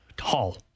Hall